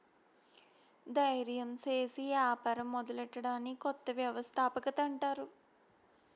దయిర్యం సేసి యాపారం మొదలెట్టడాన్ని కొత్త వ్యవస్థాపకత అంటారు